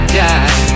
die